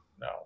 No